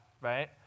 Right